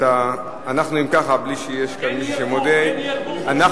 אם כך, בלי שיש כאן מישהו שמודה, אנחנו